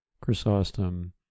Chrysostom